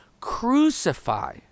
Crucify